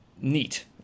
neat